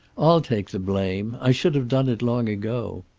i'll take the blame. i should have done it long ago.